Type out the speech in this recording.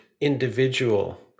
individual